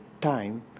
time